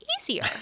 easier